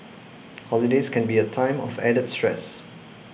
holidays can be a time of added stress